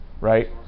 right